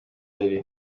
lady